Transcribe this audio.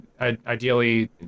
ideally